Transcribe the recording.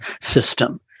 system